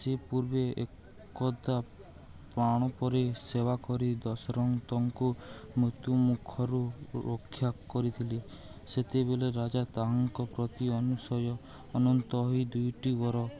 ସେ ପୂର୍ବେ ଏକତା ପ୍ରାଣ ପରେ ସେବା କରି ଦଶରଥଙ୍କୁ ମୃତ୍ୟୁ ମୁଖରୁ ରକ୍ଷା କରିଥିଲି ସେତେବେଳେ ରାଜା ତାହାଙ୍କ ପ୍ରତି ଅନୁସୟ ଅନନ୍ତ ହୋଇ ଦୁଇଟି ବର